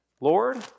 Lord